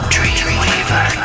Dreamweaver